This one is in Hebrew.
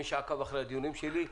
מי שעקב אחרי הדיונים שלי יודע,